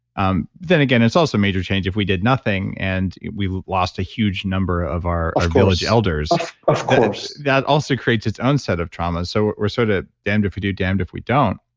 um then again, it's also major change if we did nothing and we lost a huge number of our our village elders of course that also creates its own set of traumas. so we're sort of damned if you do, damned if we don't.